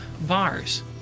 bars